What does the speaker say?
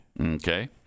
Okay